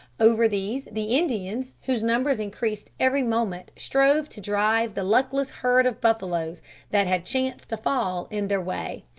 over these the indians, whose numbers increased every moment, strove to drive the luckless herd of buffaloes that had chanced to fall in their way.